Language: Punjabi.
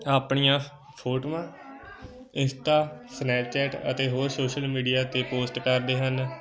ਆਪਣੀਆਂ ਫੋਟੋਆਂ ਇੰਸਟਾ ਸਨੈਪਚੈਟ ਅਤੇ ਹੋਰ ਸੋਸ਼ਲ ਮੀਡੀਆ 'ਤੇ ਪੋਸਟ ਕਰਦੇ ਹਨ